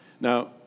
Now